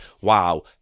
Wow